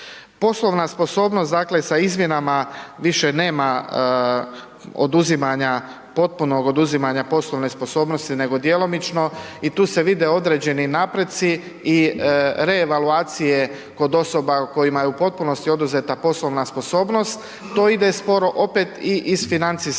Poslovna sposobnost, dakle sa izmjenama više nema oduzimanja potpunog oduzimanja poslovne sposobnosti, nego djelomično i tu se vide određeni napreci i reevaluacije kod osoba kojima je u potpunosti oduzeta poslovna sposobnost, to ide sporo opet i iz financijskih